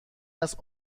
است